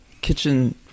kitchen